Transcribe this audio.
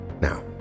Now